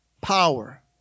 power